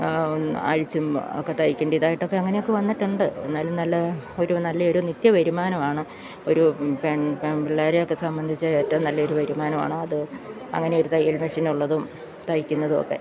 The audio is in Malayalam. അഴിച്ചും ഒക്കെ തയ്ക്കേണ്ടതായിട്ടൊക്കെ അങ്ങനെയൊക്കെ വന്നിട്ടുണ്ട് എന്നാലും നല്ല ഒരു നല്ലയൊരു നിത്യ വരുമാനമാണ് ഒരു പെൺപിള്ളേരെയൊക്കെ സംബന്ധിച്ച് ഏറ്റവും നല്ലൊരു വരുമാനമാണ് അത് അങ്ങനെ ഒരു തയ്യൽ മെഷീനുള്ളതും തയ്ക്കുന്നതും ഒക്കെ